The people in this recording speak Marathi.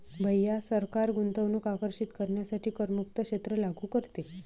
भैया सरकार गुंतवणूक आकर्षित करण्यासाठी करमुक्त क्षेत्र लागू करते